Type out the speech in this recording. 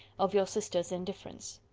of your sister's indifference.